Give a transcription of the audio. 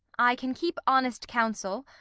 i can keep honest counsel,